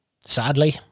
Sadly